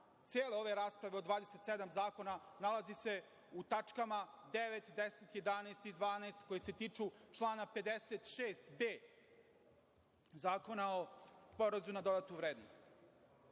cele ove rasprave od 27 zakona nalazi se u tačkama 9, 10, 11. i 12. koje se tiču člana 56b Zakona o porezu na dodatu vrednost.